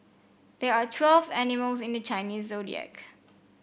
there are twelve animals in the Chinese Zodiac